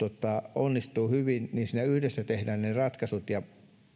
onnistuu hyvin niin siinä yhdessä tehdään ne ratkaisut ja